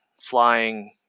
flying